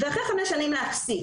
ואחרי חמש שנים להפסיק.